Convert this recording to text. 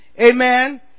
Amen